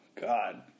God